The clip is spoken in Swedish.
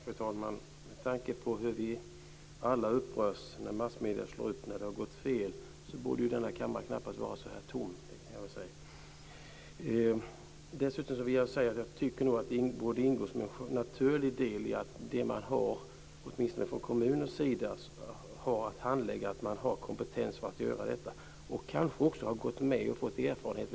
Fru talman! Med tanke på hur vi upprörs när massmedierna tar upp något som har gått fel borde denna kammare knappast vara så här tom. Det borde ingå som en naturlig del från kommunens sida att det finns kompetens för att handlägga ärendena. Handläggarna kan behöva gå vid sidan om för att få erfarenheter.